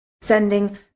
sending